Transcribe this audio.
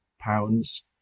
Pounds